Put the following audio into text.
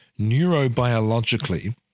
neurobiologically